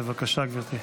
בבקשה, גברתי.